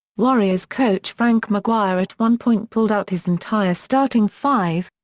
warriors coach frank mcguire at one point pulled out his entire starting five,